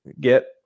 get